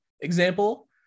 example